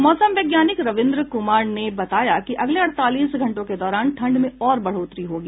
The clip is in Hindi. मौसम वैज्ञानिक रविन्द्र कुमार ने बताया कि अगले अड़तालीस घंटों के दौरान ठंड में और बढ़ोतरी होगी